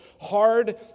hard